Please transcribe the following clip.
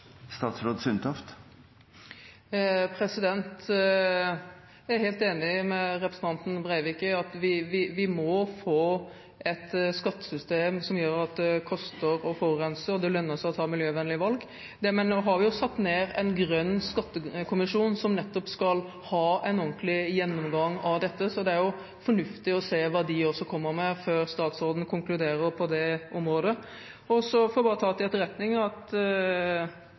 Jeg er helt enig med representanten Breivik i at vi må få et skattesystem som gjør at det koster å forurense og lønner seg å ta miljøvennlige valg. Nå har vi satt ned en grønn skattekommisjon som nettopp skal ha en ordentlig gjennomgang av dette, så det er jo fornuftig å se hva de også kommer med før statsråden konkluderer på det området. Så får jeg bare ta til etterretning at